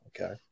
okay